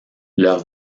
leur